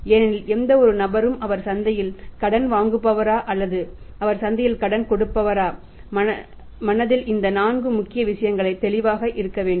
ஏனெனில் எந்தவொரு நபரும் அவர் சந்தையில் கடன் வாங்குபவரா அல்லது அவர் சந்தையில் கடன் கொடுப்பவரா மனதில் இந்த நான்கு முக்கியமான விஷயங்கள் தெளிவாக இருக்க வேண்டும்